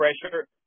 pressure